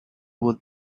would